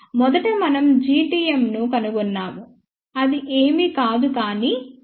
కాబట్టి మొదట మనం Gtm ను కనుగొన్నాము అది ఏమీ కాదు కానీ | S21|2